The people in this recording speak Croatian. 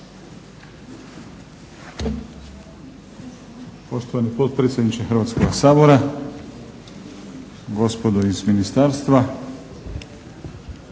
Hrvatskoga sabora, gospodo iz ministarstva,